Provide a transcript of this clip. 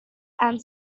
and